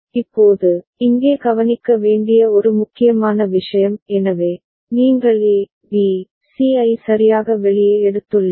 இப்போது இங்கே கவனிக்க வேண்டிய ஒரு முக்கியமான விஷயம் எனவே நீங்கள் A B C ஐ சரியாக வெளியே எடுத்துள்ளீர்கள்